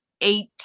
eight